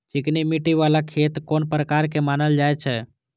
चिकनी मिट्टी बाला खेत कोन प्रकार के मानल जाय छै?